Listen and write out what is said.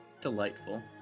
Delightful